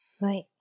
right